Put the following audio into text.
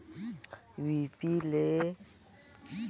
UPI खाता ले दुकान ले समान ले सकथन कौन?